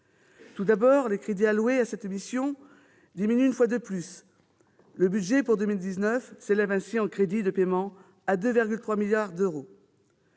ensuite. Les crédits alloués à cette mission diminuent une fois de plus : le budget pour 2019 s'élève ainsi, en crédits de paiement, à 2,3 milliards d'euros.